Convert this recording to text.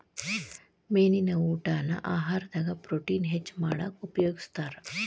ಮೇನಿನ ಊಟಾನ ಆಹಾರದಾಗ ಪ್ರೊಟೇನ್ ಹೆಚ್ಚ್ ಮಾಡಾಕ ಉಪಯೋಗಸ್ತಾರ